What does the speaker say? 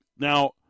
Now